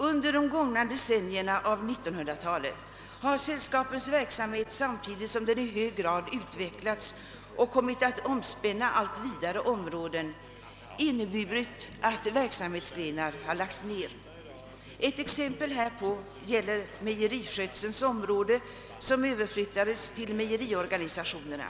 Under de gångna decennierna av 1900-talet har en del av sällskapens verksamhetsgrenar nedlagts, samtidigt som verksamheten i hög grad utvecklats och kommit att omspänna allt vidare områden. Ett exempel härpå gäller mejeriskötseln, som överflyttades till mejeriorganisationerna.